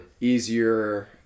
easier